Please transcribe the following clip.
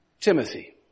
Timothy